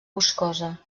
boscosa